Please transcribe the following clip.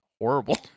horrible